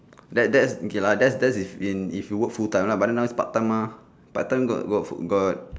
that that's okay lah that's that's if in if you work full time mah but then now is part time mah part time got got got